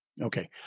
Okay